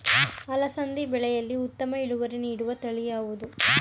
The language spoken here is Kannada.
ಅಲಸಂದಿ ಬೆಳೆಯಲ್ಲಿ ಉತ್ತಮ ಇಳುವರಿ ನೀಡುವ ತಳಿ ಯಾವುದು?